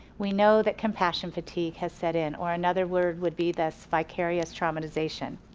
we know that compassion fatigue has set in or another word would be this vicarious tramatization.